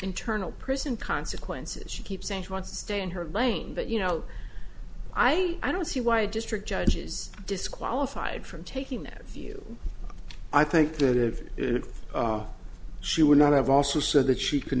internal prison consequences she keeps saying she wants to stay in her lane but you know i i don't see why district judges disqualified from taking that view i think that if she would not have also said that she could